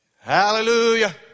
Hallelujah